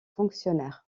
fonctionnaire